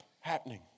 happening